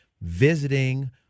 visiting